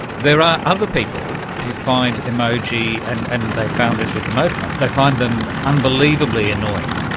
there are other people who find emoji, and and they found this with emoticons, they find them unbelievably annoying.